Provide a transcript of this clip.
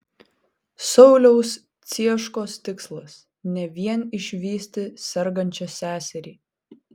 sauliaus cieškos tikslas ne vien išvysti sergančią seserį